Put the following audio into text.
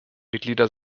mitglieder